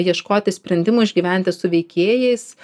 ieškoti sprendimų išgyventi su veikėjais